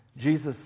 Jesus